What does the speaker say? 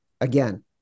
Again